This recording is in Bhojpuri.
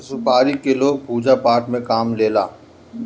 सुपारी के लोग पूजा पाठ में काम लेला